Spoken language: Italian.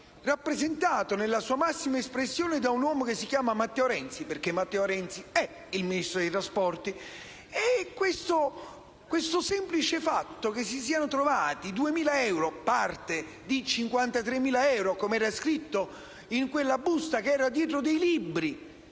rappresentato nella sua massima espressione da un uomo che si chiama Matteo Renzi, perché Matteo Renzi è il Ministro delle infrastrutture e dei trasporti. Questo semplice fatto che si siano trovati 2.000 euro, parte di 53.000 euro (come era scritto nella busta), dietro dei libri